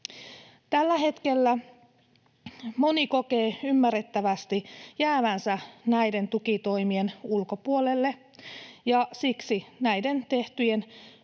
Tällä hetkellä moni kokee ymmärrettävästi jäävänsä näiden tukitoimien ulkopuolelle, ja siksi näiden tehtyjen,